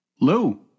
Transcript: Lou